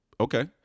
Okay